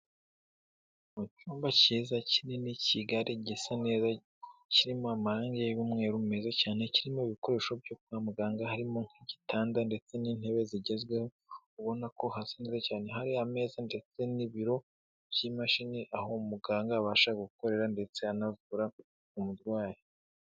Mu cyumba cyiza kinini kigari gisa neza kirimo amarangi y'umweru meza cyane, kirimo ibikoresho byo kwa muganga harimo nk'igitanda ndetse n'intebe zigezweho, ubona ko hasa neza cyane hari ameza ndetse n'ibiro by'imashini aho umuganga abasha gukorera ndetse anavura umurwayi.